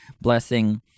blessing